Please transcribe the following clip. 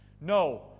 No